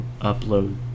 upload